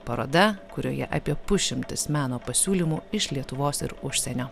paroda kurioje apie pusšimtis meno pasiūlymų iš lietuvos ir užsienio